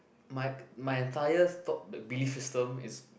my my entire stock the belief system is